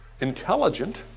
intelligent